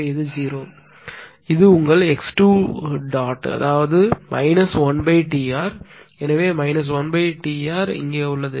எனவே இது 0 இது உங்கள் ̇ அதாவது 1Tr எனவே 1Trஇங்கே உள்ளது